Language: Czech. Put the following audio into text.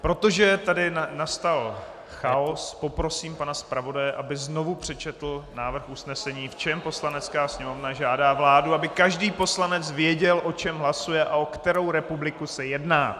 Protože tady nastal chaos, poprosím pana zpravodaje, aby znovu přečetl návrh usnesení, v čem Poslanecká sněmovna žádá vládu, aby každý poslanec věděl, o čem hlasuje a o kterou republiku se jedná.